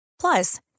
Plus